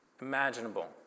imaginable